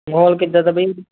ਮਾਹੌਲ ਕਿੱਦਾਂ ਦਾ ਬਈ